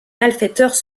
malfaiteurs